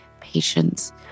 patience